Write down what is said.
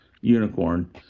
unicorn